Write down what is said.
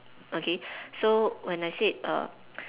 okay so when I said uh